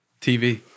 TV